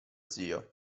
zio